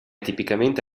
tipicamente